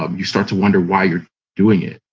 um you start to wonder why you're doing it.